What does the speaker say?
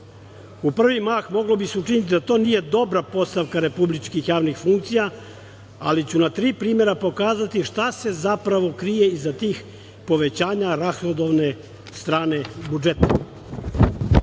U prvi mah moglo bi se učiniti da to nije dobra postavka republičkih javnih funkcija, ali ću na tri primera pokazati šta se zapravo krije iza tih povećanja rashodovane strane budžeta. Na